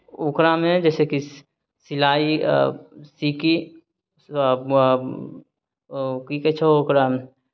ओकरामे जइसे कि सि सिलाइ सीकी की कहै छै ओकरा